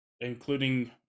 including